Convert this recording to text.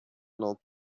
não